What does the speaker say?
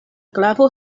glavo